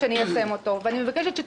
אני מבקשת שניישם אותו.